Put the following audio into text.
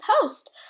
post